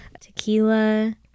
Tequila